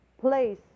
place